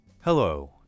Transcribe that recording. Hello